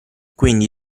quindi